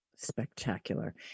Spectacular